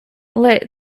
let